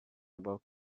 about